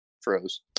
froze